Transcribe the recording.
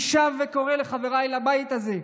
אני שב וקורא לחבריי לבית הזה: